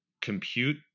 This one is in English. compute